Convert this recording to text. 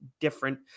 different